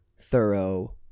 thorough